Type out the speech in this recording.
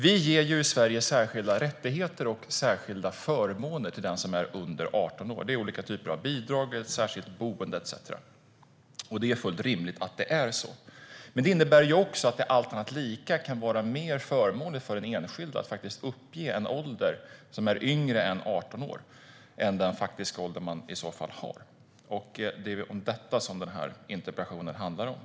Vi ger i Sverige särskilda rättigheter och särskilda förmåner till den som är under 18 år. Det är olika typer av bidrag, särskilt boende etcetera. Det är fullt rimligt att det är så. Men det innebär också att det, allt annat lika, kan vara mer förmånligt för den enskilda att faktiskt uppge en ålder som är yngre än 18 år än den faktiska åldern. Det är detta som den här interpellationen handlar om.